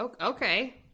okay